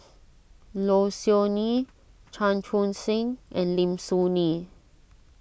Low Siew Nghee Chan Chun Sing and Lim Soo Ngee